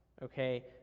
okay